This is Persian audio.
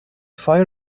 فای